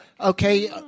Okay